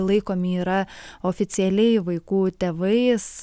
laikomi yra oficialiai vaikų tėvais